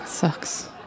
Sucks